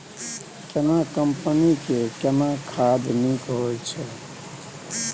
केना कंपनी के केना खाद नीक होय छै?